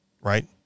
right